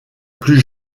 plus